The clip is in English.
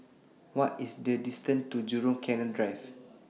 What IS The distance to Jurong Canal Drive